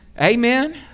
amen